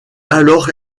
alors